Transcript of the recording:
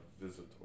visitor